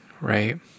right